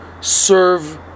serve